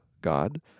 God